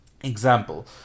example